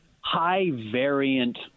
high-variant –